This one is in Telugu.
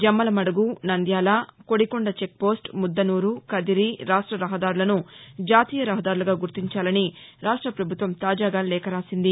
జమ్మలమడుగు నంద్యాల కొదికొండ చెక్పోస్టు ముద్దనూరు కదిరి రాష్ట రహదారులను జాతీయ రహదారులుగా గుర్తించాలని రాష్ట పభుత్వం తాజాగా లేఖ రాసింది